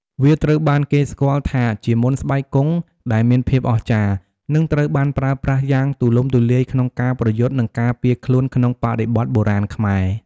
វាត្រូវបានគេស្គាល់ថាជាមន្តស្បែកគង់ដែលមានភាពអស្ចារ្យ និងត្រូវបានប្រើប្រាស់យ៉ាងទូលំទូលាយក្នុងការប្រយុទ្ធ និងការពារខ្លួនក្នុងបរិបទបុរាណខ្មែរ។